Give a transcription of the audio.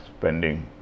spending